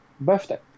birthday